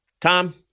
Tom